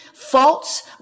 false